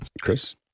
Chris